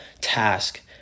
task